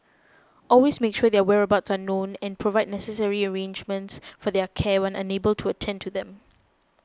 always make sure their whereabouts are known and provide necessary arrangements for their care when unable to attend to them